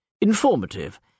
Informative